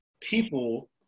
people